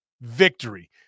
victory